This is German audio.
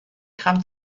gramm